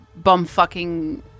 bumfucking